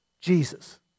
Jesus